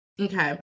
Okay